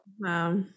Wow